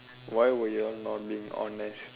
why were y'all not being honest